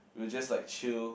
we'll just like chill